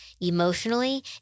emotionally